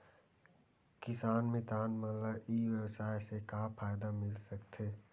किसान मितान मन ला ई व्यवसाय से का फ़ायदा मिल सकथे?